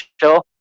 show